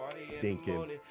stinking